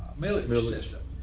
million melanistic.